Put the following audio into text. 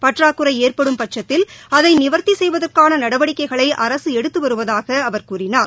பற்றாக்குறை ஏற்படும்பட்சத்தில் அதை நிவர்த்தி செய்வதற்கான நடவடிவடிக்கைகளை அரசு எடுத்து வருவதாக அவர் கூறினார்